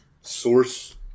Source